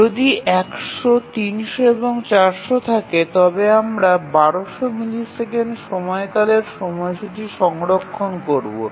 যদি ১০০ ৩০০ এবং ৪০০ থাকে তবে আমরা ১২০০ মিলিসেকেন্ড সময়কালের সময়সূচী সংরক্ষণ করবো